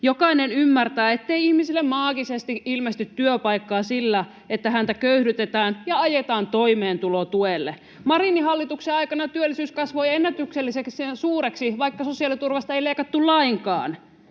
Jokainen ymmärtää, ettei ihmisille maagisesti ilmesty työpaikkaa sillä, että häntä köyhdytetään ja ajetaan toimeentulotuelle. Marinin hallituksen aikana työllisyys kasvoi ennätyksellisen suureksi, vaikka sosiaaliturvasta ei leikattu lainkaan.